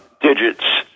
digits